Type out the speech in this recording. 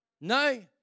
No